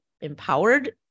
empowered